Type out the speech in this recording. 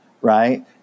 Right